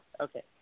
Okay